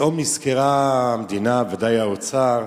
פתאום נזכרה המדינה, ודאי האוצר,